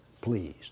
please